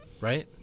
right